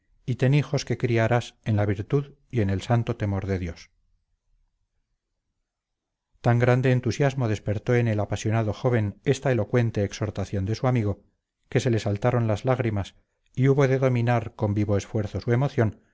y ten hijos que criarás en la virtud y en el santo temor de dios tan grande entusiasmo despertó en el apasionado joven esta elocuente exhortación de su amigo que se le saltaron las lágrimas y hubo de dominar con vivo esfuerzo su emoción